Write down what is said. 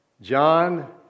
John